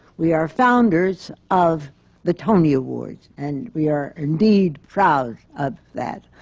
we are founders of the tony awards, and we are indeed proud of that.